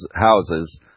houses